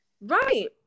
Right